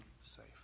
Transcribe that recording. safe